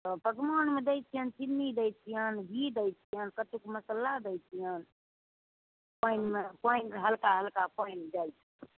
तऽ पकमानमे दै छिअनि चीनी दै छिअनि घी दै छिअनि कथुक कऽ मसल्ला दै छिअनि पानिमे पानि हलका हलका पानि दै